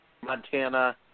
Montana